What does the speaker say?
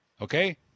Okay